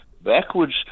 Backwards